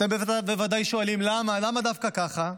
אתם בוודאי ובוודאי שואלים למה, למה דווקא ככה?